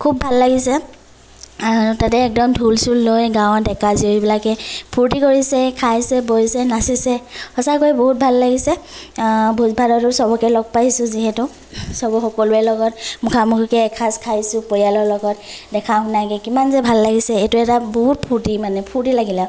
খুব ভাল লাগিছে তাতে একদম ঢোল চোল লৈ গাঁৱৰ ডেকা জীয়ৰীবিলাকে ফূৰ্তি কৰিছে খাইছে বইছে নাচিছে সঁচাকৈয়ে বহুত ভাল লাগিছে ভোজ ভাততো চবকে লগ পাইছোঁ যিহেতু চব সকলোৰে লগত মুখা মুখিকৈ এসাঁজ খাইছোঁ পৰিয়ালৰ লগত দেখা শুনাকৈ কিমান যে ভাল লাগিছে এইটো এটা বহুত ফূৰ্তি মানে ফূৰ্তি লাগিলে আৰু